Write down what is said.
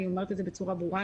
אני אומרת בצורה ברורה,